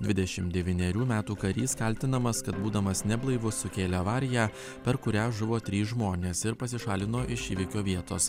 dvidešim devynerių metų karys kaltinamas kad būdamas neblaivus sukėlė avariją per kurią žuvo trys žmonės ir pasišalino iš įvykio vietos